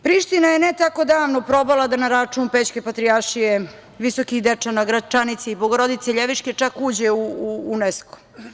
Priština je ne tako davno probala da na račun Pećke Patrijaršije, Visokih Dečana, Gračanice i Bogorodice Ljeviške čak uđe u UNESCO.